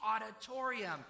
auditorium